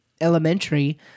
elementary